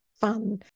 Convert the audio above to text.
fun